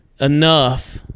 enough